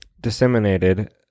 disseminated